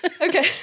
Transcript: Okay